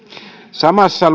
samassa